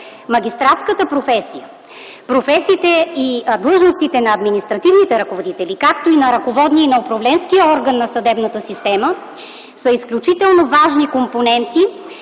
Магистратските професии, професиите и длъжностите на административните ръководители, както и на управленския и ръководния орган на съдебната система, са изключително важни компоненти,